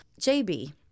JB